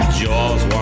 jaws